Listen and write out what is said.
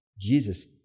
Jesus